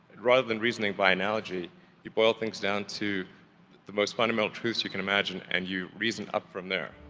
rather than reasoning by analogy you boil things down to the most fundamental truths you can imagine and you reason up from there.